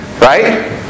Right